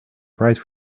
prize